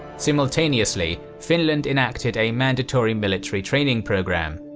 simultaneously, finland enacted a mandatory military training program,